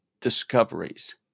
discoveries